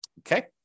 okay